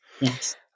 Yes